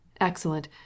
Excellent